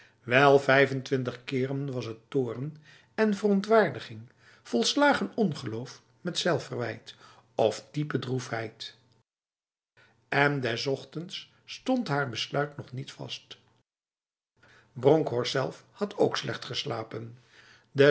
wel vijfentwintig keren was het toorn en verontwaardiging volslagen ongeloof met zelfverwijt of diepe droefheid en des ochtends stond haar besluit nog niet vast bronkhorst zelf had ook slecht geslapen